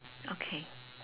okay